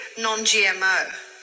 non-gmo